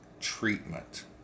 treatment